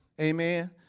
Amen